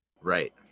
Right